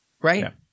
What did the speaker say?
right